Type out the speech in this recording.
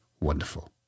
wonderful